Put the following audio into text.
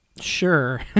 Sure